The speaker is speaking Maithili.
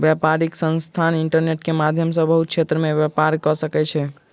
व्यापारिक संस्थान इंटरनेट के माध्यम सॅ बहुत क्षेत्र में व्यापार कअ सकै छै